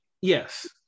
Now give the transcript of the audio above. yes